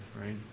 Right